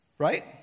right